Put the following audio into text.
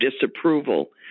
disapproval